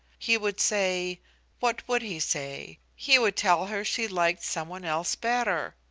he would say what would he say? he would tell her she liked some one else better.